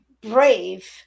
brave